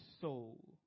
soul